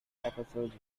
episodes